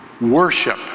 worship